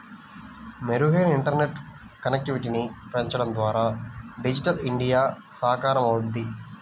మెరుగైన ఇంటర్నెట్ కనెక్టివిటీని పెంచడం ద్వారా డిజిటల్ ఇండియా సాకారమవుద్ది